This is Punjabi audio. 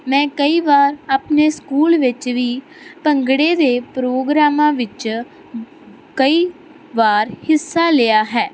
ਮੈਂ ਕਈ ਵਾਰ ਆਪਣੇ ਸਕੂਲ ਵਿੱਚ ਵੀ ਭੰਗੜੇ ਦੇ ਪ੍ਰੋਗਰਾਮਾਂ ਵਿੱਚ ਕਈ ਵਾਰ ਹਿੱਸਾ ਲਿਆ ਹੈ